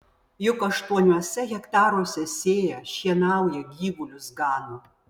juk aštuoniuose hektaruose sėja šienauja gyvulius gano